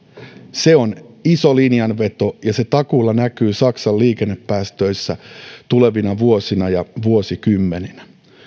se on iso linjanveto ja se takuulla näkyy saksan liikennepäästöissä tulevina vuosina ja vuosikymmeninä